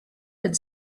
had